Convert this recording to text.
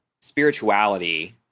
spirituality